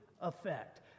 effect